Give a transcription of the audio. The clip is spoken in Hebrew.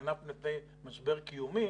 הענף בפני משבר קיומי